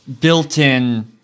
built-in